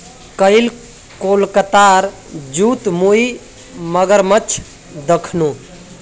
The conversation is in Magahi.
कईल कोलकातार जूत मुई मगरमच्छ दखनू